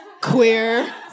Queer